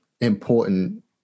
important